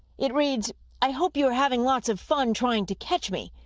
it reads i hope you're having lots of fun trying to catch me.